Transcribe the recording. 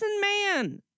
man